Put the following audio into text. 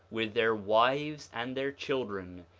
with their wives and their children,